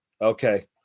Okay